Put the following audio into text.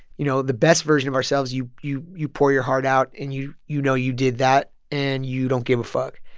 you know, the best version of ourselves you you pour your heart out and you you know you did that and you don't give a fuck.